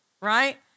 right